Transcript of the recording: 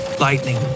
Lightning